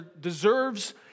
deserves